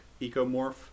ecomorph